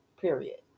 period